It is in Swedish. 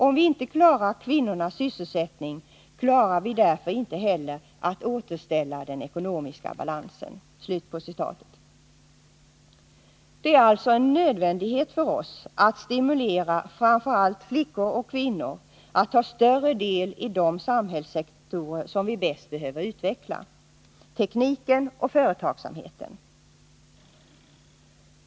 Om vi inte klarar kvinnornas sysselsättning klarar vi därför inte heller att återställa den ekonomiska balansen.” Det är alltså en nödvändighet för oss att stimulera framför allt flickor och kvinnor att ta större del i de samhällssektorer som vi bäst behöver utveckla — tekniken och företagsamheten.